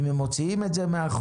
אם הם מוציאים את זה מהחוק.